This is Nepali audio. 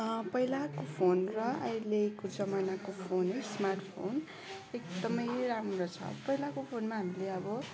पहिलाको फोन र अहिलेको जमानाको फोन है स्मार्टफोन एकदमै राम्रो छ पहिलाको फोनमा हामीले अब